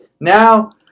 Now